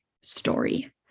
story